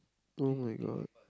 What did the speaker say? [oh]-my-god